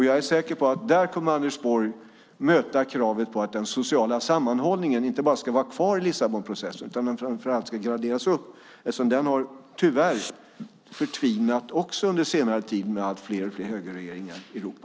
Jag är säker på att där kommer Anders Borg att möta kravet på att den sociala sammanhållningen inte bara ska vara kvar i Lissabonprocessen utan att den också, framför allt, ska graderas upp. Den har tyvärr förtvinat under senare år med allt fler högerregeringar i Europa.